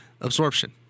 absorption